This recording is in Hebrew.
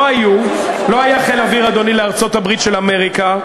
לא היה חיל אוויר, אדוני, לארצות-הברית של אמריקה.